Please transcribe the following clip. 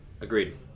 Agreed